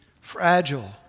fragile